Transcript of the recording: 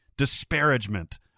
disparagement